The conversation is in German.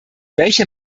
welche